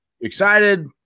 excited